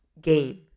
game